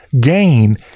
gain